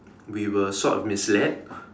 we were sort of misled